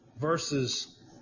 versus